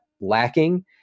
lacking